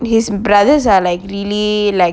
his brothers are like really like